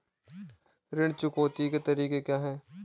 ऋण चुकौती के तरीके क्या हैं?